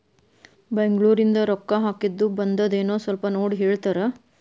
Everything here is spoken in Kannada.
ಬೆಂಗ್ಳೂರಿಂದ ರೊಕ್ಕ ಹಾಕ್ಕಿದ್ದು ಬಂದದೇನೊ ಸ್ವಲ್ಪ ನೋಡಿ ಹೇಳ್ತೇರ?